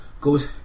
goes